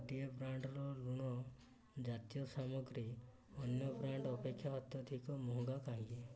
ଗୋଟିଏ ବ୍ରାଣ୍ଡ୍ର ଲୁଣ ଜାତୀୟ ସାମଗ୍ରୀ ଅନ୍ୟ ବ୍ରାଣ୍ଡ୍ ଅପେକ୍ଷା ଅତ୍ୟଧିକ ମହଙ୍ଗା କାହିଁକି